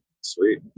Sweet